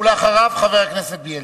אחריו, חבר הכנסת בילסקי.